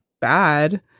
bad